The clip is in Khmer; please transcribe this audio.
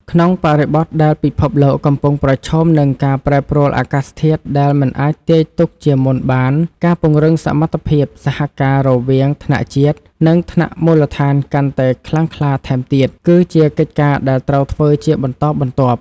ក្នុងបរិបទដែលពិភពលោកកំពុងប្រឈមនឹងការប្រែប្រួលអាកាសធាតុដែលមិនអាចទាយទុកជាមុនបាន ការពង្រឹងសមត្ថភាពសហការរវាងថ្នាក់ជាតិ និងថ្នាក់មូលដ្ឋានកាន់តែខ្លាំងក្លាថែមទៀត គឺជាកិច្ចការដែលត្រូវធ្វើជាបន្តបន្ទាប់។